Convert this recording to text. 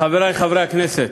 חברי חברי הכנסת,